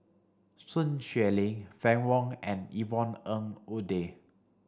Sun Xueling Fann Wong and Yvonne Ng Uhde